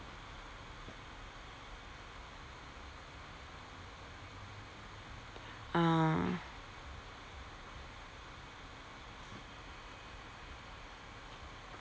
ah